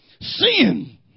sin